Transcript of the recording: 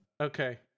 Okay